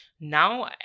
Now